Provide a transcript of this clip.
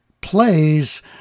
plays